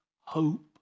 hope